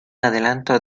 adelanto